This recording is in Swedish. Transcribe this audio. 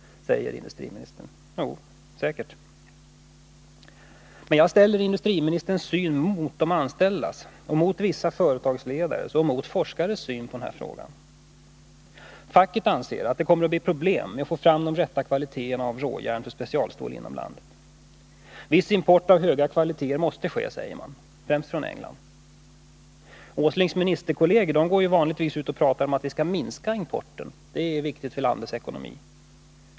— Det tror jag säkert, men jag ställer industriministerns syn mot de anställdas och mot vissa företagsledares och forskares syn på den här frågan. Facket anser att det kommer att bli problem med att få fram de rätta kvaliteterna av råjärn för specialstål inom landet. Viss import av höga kvaliteter måste ske, säger man, främst från England. Nils Åslings ministerkolleger går vanligtvis ut och talar om att vi skall minska importen — det är viktigt för landets ekonomi.